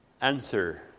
answer